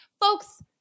Folks